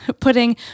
putting